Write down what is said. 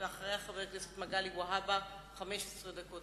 ואחריו, חבר הכנסת מגלי והבה, 15 דקות.